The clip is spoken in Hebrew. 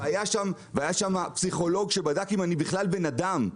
והיה שם פסיכולוג שבדק אם אני בכלל בן אדם,